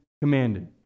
commanded